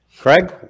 Craig